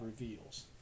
reveals